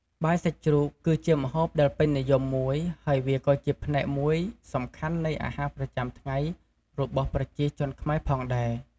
បាយសាច់ជ្រូកគឺជាម្ហូបដែលពេញនិយមមួយ ហើយវាក៏ជាផ្នែកមួយសំខាន់នៃអាហារប្រចាំថ្ងៃរបស់ប្រជាជនខ្មែរផងដែរ ។